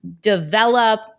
develop